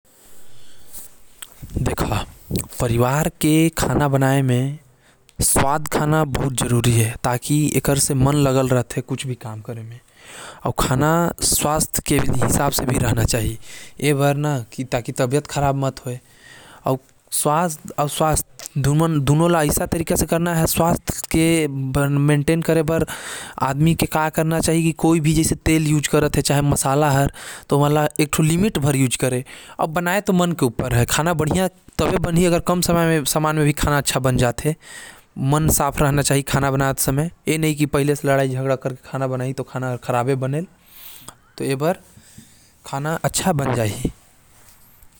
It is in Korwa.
देखा पहली बात तो खाना में स्वाद और स्वास्थ्य के ध्यान रखे के चाही ज्यादा तेल मसाला नहीं खाना चाही खड़ा गर्म मसाला डालना चाही और खाना शुद्ध आचार विचार से बनाना चाही एकर ले खाना स्वाद अउ स्वास्थ्य दोनों में फायदा कर ही।